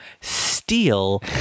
steal